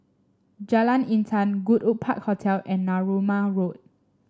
Jalan Intan Goodwood Park Hotel and Narooma Road